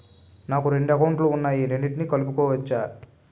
నాకు రెండు అకౌంట్ లు ఉన్నాయి రెండిటినీ కలుపుకోవచ్చా?